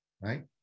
right